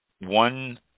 One